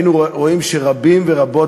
היינו רואים שרבים ורבות